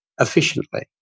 efficiently